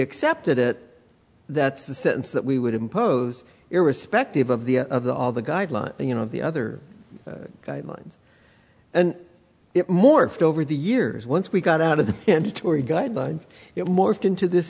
accepted it that's the sentence that we would impose irrespective of the other all the guidelines you know the other guidelines and it morphed over the years once we got out of the tory guidelines it morphed into this